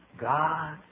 God